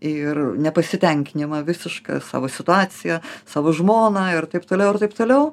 ir nepasitenkinimą visišką savo situacija savo žmona ir taip toliau ir taip toliau